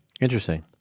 Interesting